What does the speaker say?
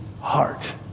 heart